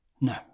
No